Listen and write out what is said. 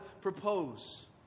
propose